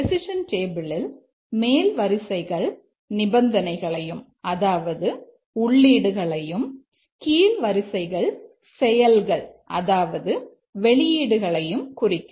decision டேபிளில் மேல் வரிசைகள் நிபந்தனைகளையும் அதாவது உள்ளீடுகளையும் கீழ் வரிசைகள் செயல்கள் அதாவது வெளியீடுகளையும் குறிக்கும்